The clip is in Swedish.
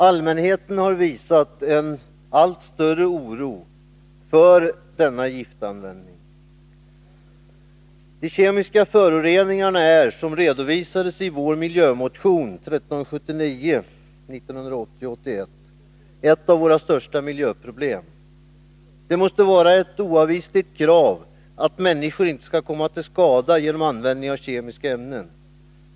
Allmänheten visar en allt större oro för denna giftanvändning. De kemiska föroreningarna är, som redovisades i vår miljömotion 1980/81:1379, ett av våra största miljöproblem. Det måste vara ett oavvisligt krav att människor inte skall komma till skada genom användning av kemiska ämnen.